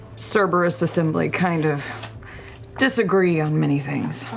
so cerberus assembly kind of disagree on many things.